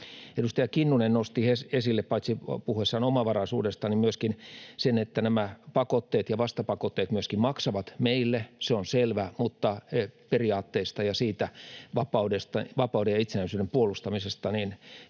Edustaja Kinnunen nosti esille puhuessaan omavaraisuudesta myöskin sen, että nämä pakotteet ja vastapakotteet myöskin maksavat meille, ja se on selvää, mutta periaatteista ja siitä vapauden ja itsenäisyyden puolustamisesta